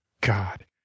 god